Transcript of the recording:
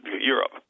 Europe